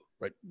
right